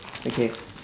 okay